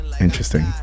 Interesting